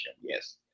yes